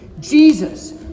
Jesus